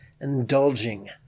indulging